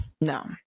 no